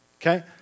Okay